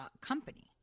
company